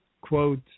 quote